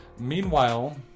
Meanwhile